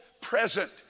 present